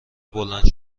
بلند